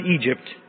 Egypt